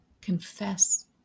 confess